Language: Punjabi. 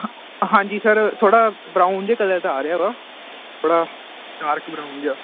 ਹਾਂਜੀ ਸਰ ਥੋੜ੍ਹਾ ਬਰਾਉਨ ਜਿਹਾ ਕਲਰ ਤਾਂ ਆ ਰਿਹਾ ਵਾ ਬੜਾ ਡਾਰਕ ਬਰਾਊਨ ਜਿਹਾ